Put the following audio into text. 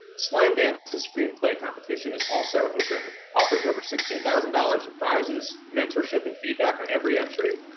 slamdance's screenplay competition is also open, offers over sixteen thousand dollars in prizes, mentorship and feedback on every entry.